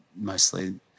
mostly